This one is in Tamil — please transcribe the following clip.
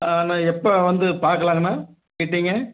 ஆ அண்ணா எப்போ வந்து பார்க்கலாங்கண்ணா வீட்டேங்க